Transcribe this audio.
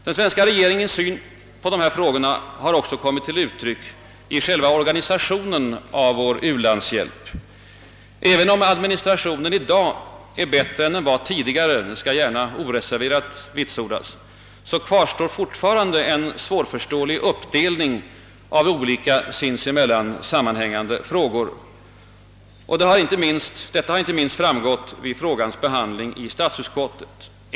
Den svenska regeringens syn på dessa frågor har också kommit till uttryck i själva organisationen av vår u-landshjälp. även om administrationen i dag är bättre än tidigare, det skall gärna oreserverat vitsordas, kvarstår fortfarande en svårförståelig uppdelning av olika sinsemellan sammanhängande frågor. Detta har inte minst framgått vid frågans behandling i statsutskottet.